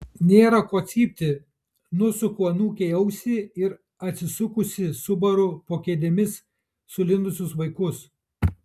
nėra ko cypti nusuku anūkei ausį ir atsisukusi subaru po kėdėmis sulindusius vaikus